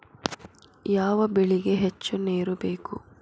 ಯಾವ ಬೆಳಿಗೆ ಹೆಚ್ಚು ನೇರು ಬೇಕು?